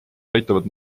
aitavad